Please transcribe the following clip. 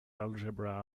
algebra